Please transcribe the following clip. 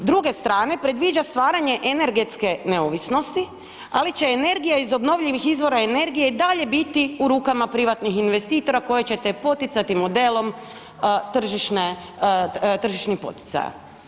S druge strane predviđa stvaranje energetske neovisnosti, ali će energija iz obnovljivih izvora energije i dalje biti u rukama privatnih investitora koje ćete poticati modelom tržišnih poticaja.